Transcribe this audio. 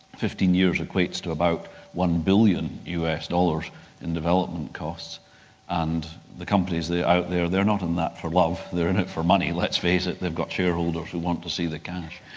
fifteen years equates to about one billion us dollars in development costs and the companies out there they're not in that for love, they're in it for money. let's face it they've got shareholders who want to see the cash.